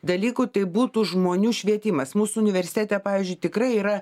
dalykų tai būtų žmonių švietimas mūsų universitete pavyzdžiui tikrai yra